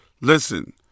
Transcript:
Listen